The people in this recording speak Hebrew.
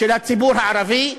של הציבור הערבי,